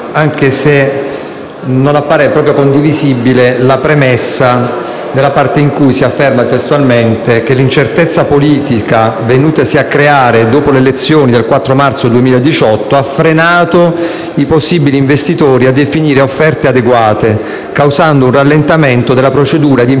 anche se non appare proprio condivisibile la premessa, nella parte in cui si afferma testualmente che «l'incertezza politica venutasi a creare dopo le elezioni del 4 marzo 2018 ha frenato i possibili investitori a definire offerte adeguate, causando un rallentamento della procedura ed impedendo